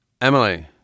Emily